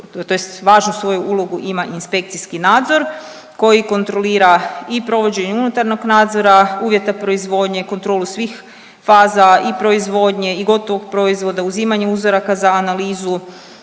tj. važnu svoju ulogu i inspekcijski nadzor koji kontrolira i provođenje unutarnjeg nadzora, uvjeta proizvodnje, kontrolu svih faza i proizvodnje i gotovog proizvoda, uzimanje uzoraka za analizu,